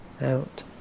out